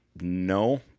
No